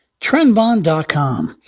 TrendBond.com